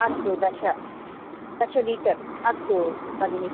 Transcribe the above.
अस्तु दश दश लीटर् अस्तु भगिनि